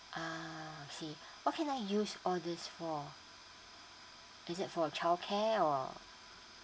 ah I see what can I use all these for is it for childcare or